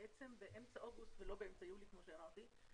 בעצם באמצע אוגוסט ולא באמצע יולי כמו שאמרתי,